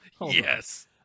Yes